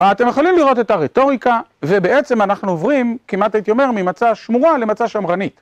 אתם יכולים לראות את הרטוריקה, ובעצם אנחנו עוברים, כמעט הייתי אומר, ממצה שמורה למצה שמרנית.